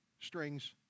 strings